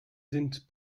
sind